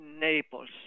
Naples